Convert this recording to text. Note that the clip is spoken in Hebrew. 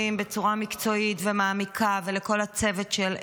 בצורה מקצועית ומעמיקה ולכל הצוות של הוועדה.